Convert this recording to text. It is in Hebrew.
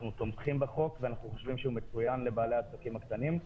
אנחנו תומכים בחוק ואנחנו חושבים שהוא מצוין לבעלי העסקים הקטנים,